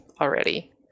already